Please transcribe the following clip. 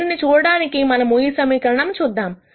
దీనిని చూడటానికి మనము ఈ సమీకరణం చూద్దాము